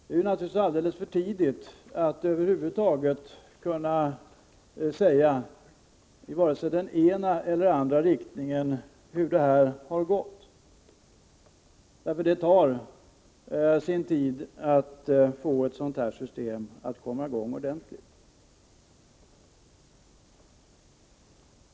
Det är naturligtvis alldeles för tidigt att nu över huvud taget kunna säga hur det har gått. Vi kan inte yttra oss vare sig i den ena eller i den andra riktningen. Det tar sin tid innan ett sådant här system kommer i gång ordentligt.